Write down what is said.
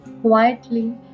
Quietly